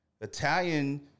Italian